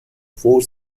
four